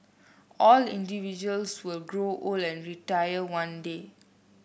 all individuals will grow old and retire one day